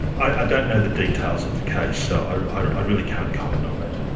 i don't know the details of the case, so i really can't comment on that.